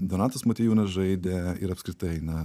donatas motiejūnas žaidė ir apskritai na